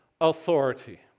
authority